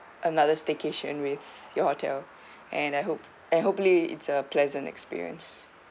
another staycation with your hotel and I hope and hopefully it's a pleasant experience